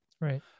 Right